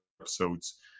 episodes